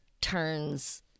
turns